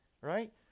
right